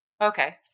Okay